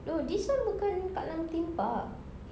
no this one bukan dekat dalam theme park